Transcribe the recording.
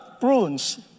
Prunes